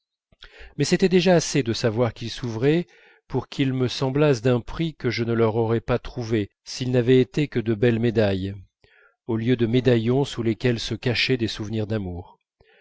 mais c'était déjà assez de savoir qu'ils s'ouvraient pour qu'ils me semblassent d'un prix que je ne leur aurais pas trouvé s'ils n'avaient été que de belles médailles au lieu de médaillons sous lesquels se cachaient des souvenirs d'amour